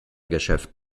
geschäft